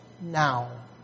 now